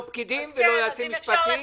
לא לפקידים ולא ליועצים משפטיים.